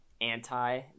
anti